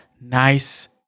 nice